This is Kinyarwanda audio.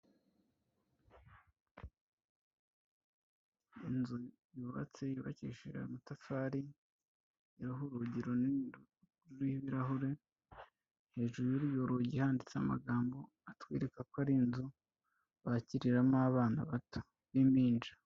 Inzu yubatse, yubakishije amatafari iriho urugi runini ruriho ibirahure, hejuru y'urwo rugi handitse amagambo atwereka ko ari inzu bakiriramo abana bato n'impinja.